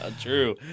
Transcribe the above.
True